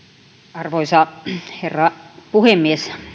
arvoisa herra puhemies